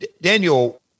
Daniel